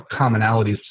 commonalities